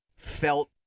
Felt